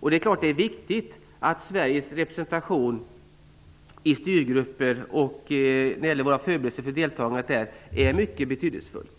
Det är klart att Sveriges representation i styrgrupper och våra förberedelser för deltagandet där är något mycket betydelsefullt.